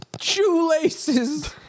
shoelaces